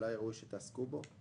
שאולי ראוי שתעסקו בו.